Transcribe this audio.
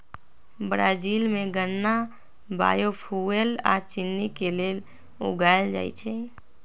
Brazil में गन्ना biofuel आ चिन्नी के लेल उगाएल जाई छई